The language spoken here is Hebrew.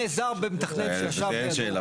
נעזר במתכנן שיש לידו.